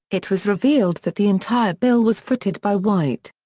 it was revealed that the entire bill was footed by white.